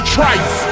Trice